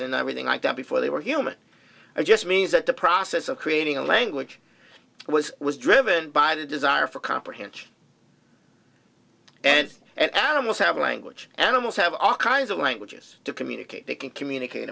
really like that before they were human it just means that the process of creating a language was was driven by the desire for comprehension and and animals have language animals have all kinds of languages to communicate they can communicate